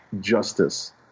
justice